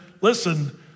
listen